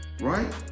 Right